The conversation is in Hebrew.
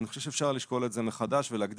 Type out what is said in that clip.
אני חושב שאפשר לשקול את זה מחדש ולהגדיר